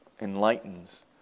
enlightens